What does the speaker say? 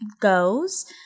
goes